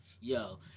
Yo